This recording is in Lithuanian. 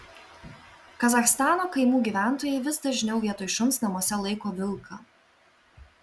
kazachstano kaimų gyventojai vis dažniau vietoj šuns namuose laiko vilką